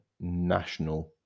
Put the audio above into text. national